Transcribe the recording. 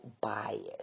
bias